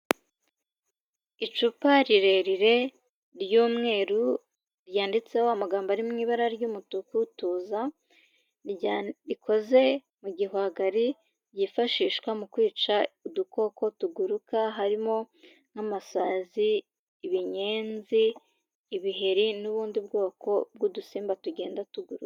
Icupa rirerire ry'umweru ryanditseho amagambo ari mu ibara ry'umutuku ''tuza'' rikoze mu gihwagari ryifashishwa mu kwica udukoko tuguruka harimo n'amasazi, ibinyenzi, ibiheri n'ubundi bwoko bw'udusimba tugenda tuguruka.